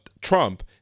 Trump